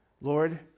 Lord